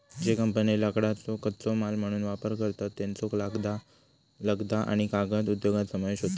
ज्ये कंपन्ये लाकडाचो कच्चो माल म्हणून वापर करतत, त्येंचो लगदा आणि कागद उद्योगात समावेश होता